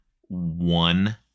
one